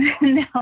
No